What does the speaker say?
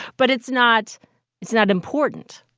but it's not it's not important